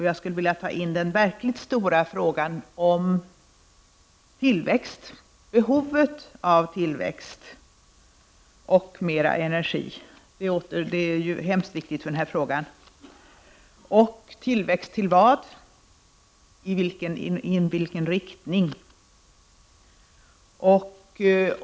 Jag skulle vilja ta in den verkligt stora frågan om tillväxt — behovet av tillväxt och mera energi. Det är ju oerhört viktigt för denna fråga. Tillväxt till vad och i vilken riktning?